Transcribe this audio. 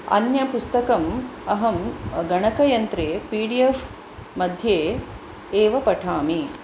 अन्यपुस्तकम् अहं गणकयन्त्रे P D F मध्ये एव पठामि